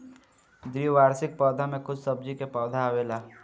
द्विवार्षिक पौधा में कुछ सब्जी के पौधा आवेला